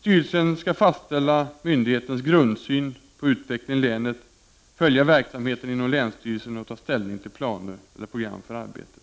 Styrelsen skall fastställa myndighetens grundsyn på utvecklingen i länet, följa verksamheten inom länsstyrelsen och ta ställning till planer eller program för arbetet.